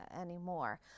anymore